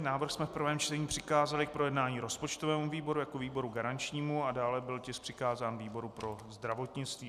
Návrh jsme v prvém čtení přikázali k projednání rozpočtovému výboru jako výboru garančnímu a dále byl tisk přikázán výboru pro zdravotnictví.